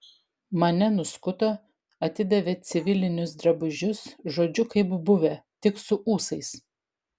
mane nuskuto atidavė civilinius drabužius žodžiu kaip buvęs tik su ūsais